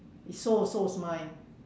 so so is mine